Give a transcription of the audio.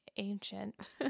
ancient